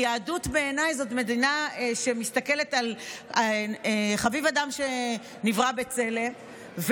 כי יהדות בעיניי היא מדינה שמסתכלת על חביב אדם שנברא בצלם,